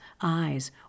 eyes